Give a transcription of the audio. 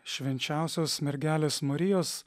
švenčiausios mergelės marijos